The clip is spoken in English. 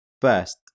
First